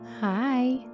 Hi